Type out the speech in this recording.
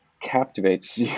captivates